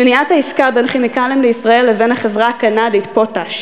במניעת העסקה בין "כימיקלים לישראל" לבין החברה הקנדית "פוטאש",